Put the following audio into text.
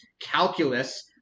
calculus